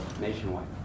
nationwide